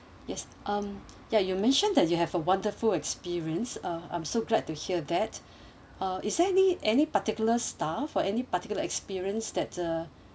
yes um ya you mentioned that you have a wonderful experience uh I'm so glad to hear that uh is there any any particular staff or any particular experience that uh